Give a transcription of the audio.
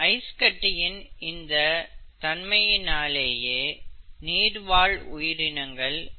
ice கட்டியின் இந்த தன்மையினாலேயே நீர் வாழ் உயிர்கள் வாழ்கின்றன